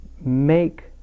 make